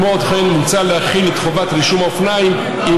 מוצע להחיל את חובת רישום האופניים עם